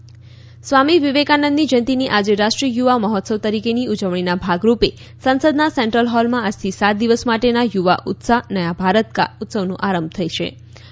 યુવા મહોત્સવ સ્વામી વિવેકાનંદની જયંતિની આજે રાષ્ટ્રીય યુવા મહોત્સવ તરીકેની ઉજવણીના ભાગરૂપે સંસદના સેન્ટ્રલ હોલમાં આજથી સાત દિવસ માટેના યુવા ઉત્સાફ નયા ભારત કા ઉત્સવનો આરંભ થઇ યૂક્યો છે